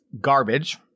garbage